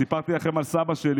סיפרתי לכם על סבא שלי.